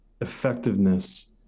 effectiveness